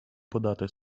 подати